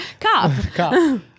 Cop